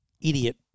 idiot